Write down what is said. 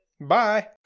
bye